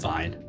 Fine